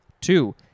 Two